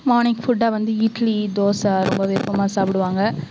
morning ஃபுட்டாக வந்து இட்லி தோசை அது ரொம்ப விருப்பமாக சாப்பிடுவாங்க